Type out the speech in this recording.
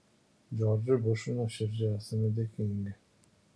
džordžui bušui nuoširdžiai esame dėkingi